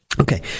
Okay